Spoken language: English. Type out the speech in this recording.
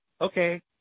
Okay